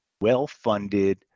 well-funded